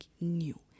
new